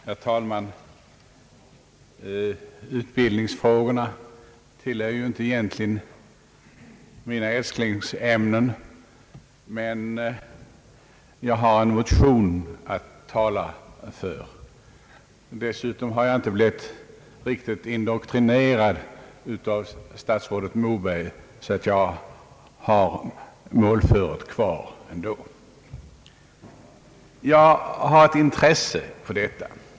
Herr talman! Utbildningsfrågorna tillhör egentligen inte mina älsklingsämnen, men jag har en motion att tala för. Dessutom har jag inte blivit riktigt indoktrinerad av statsrådet Moberg, utan jag har fortfarande målföret kvar. Jag har ett speciellt intresse för en viss del av detta ärende.